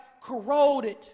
corroded